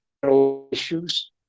issues